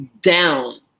down